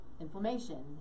inflammation